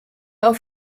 auf